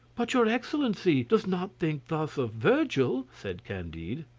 but your excellency does not think thus of virgil? said candide.